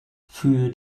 für